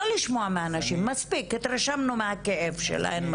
לא לשמוע מהנשים, מספיק, התרשמנו מהכאב שלהן.